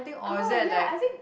oh ya I think